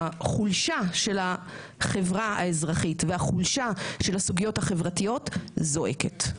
החולשה של החברה האזרחית והחולשה של הסוגיות החברתיות זועקת.